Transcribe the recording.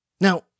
now